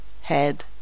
head